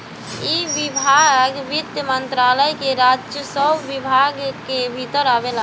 इ विभाग वित्त मंत्रालय के राजस्व विभाग के भीतर आवेला